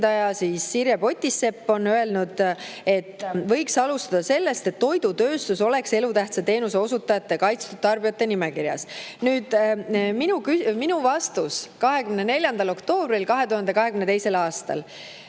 Sirje Potisepp on öelnud, et võiks alustada sellest, et toidutööstus oleks elutähtsa teenuse osutajate, kaitstud tarbijate nimekirjas. Mina vastasin 24. oktoobril 2022. aastal